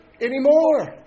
anymore